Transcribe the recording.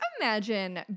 imagine